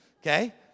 okay